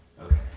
Okay